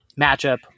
matchup